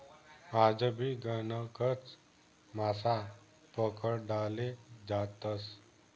आजबी गणकच मासा पकडाले जातस